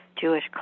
Jewish